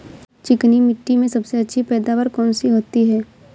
चिकनी मिट्टी में सबसे अच्छी पैदावार कौन सी होती हैं?